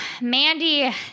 Mandy